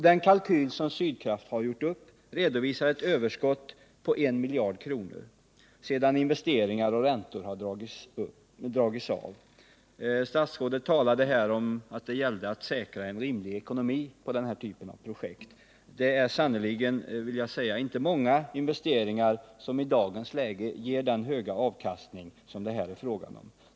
Den kalkyl som Sydkraft gjort upp redovisar ett överskott på 1 miljard kronor sedan investeringar och räntor har dragits av. Statsrådet talade om att det gäller att få en rimlig ekonomi på denna typ av projekt. Jag vill säga att det sannerligen inte är många investeringar som i dagens läge ger den höga avkastning som det här är fråga om.